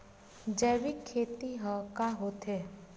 जैविक खेती ह का होथे?